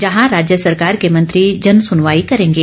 जहां राज्य सरकार के मंत्री जनसुनवाई करेंगे